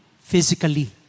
physically